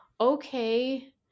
Okay